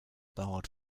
barred